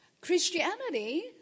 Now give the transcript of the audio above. Christianity